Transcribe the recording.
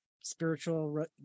spiritual